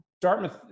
dartmouth